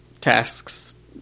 tasks